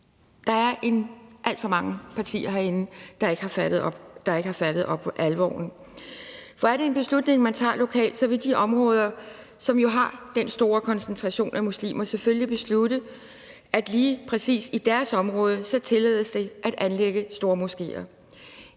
Der er alt for mange partier herinde, der ikke har fattet alvoren. For er det en beslutning, man tager lokalt, så vil de områder, som jo har den store koncentration af muslimer, selvfølgelig beslutte, at det lige præcis i deres område tillades at anlægge stormoskéer,